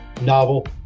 novel